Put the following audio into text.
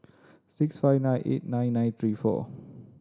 six five nine eight nine nine three four